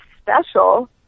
special